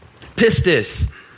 Pistis